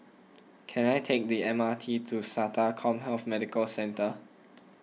can I take the M R T to Sata CommHealth Medical Centre